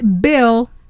bill